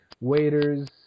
Waiters